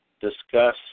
discuss